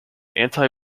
anti